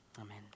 Amen